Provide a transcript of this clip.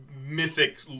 mythic